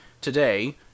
today